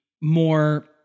more